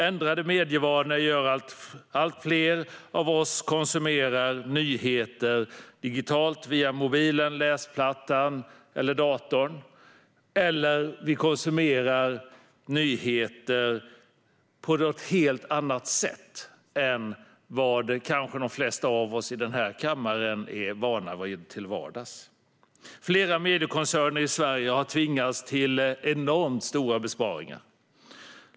Ändrade medievanor gör att allt fler konsumerar nyheter digitalt via mobilen, läsplattan eller datorn eller konsumerar nyheter på ett helt annat sätt än vad kanske de flesta av oss i den här kammaren är vana vid till vardags. Flera mediekoncerner i Sverige har tvingats till enormt stora besparingar.